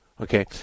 Okay